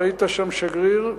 שהיית שם שגריר,